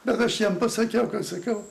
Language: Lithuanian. bet aš jam pasakiau kad sakiau